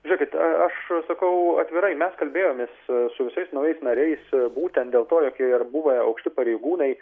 žiūrėkit a aš sakau atvirai mes kalbėjomės su visais naujais nariais būtent dėl to jog jie ir buvę aukšti pareigūnai